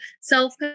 self